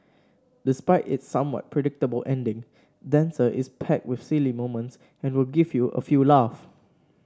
despite its somewhat predictable ending Dancer is packed with silly moments and will give you a few laugh